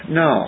no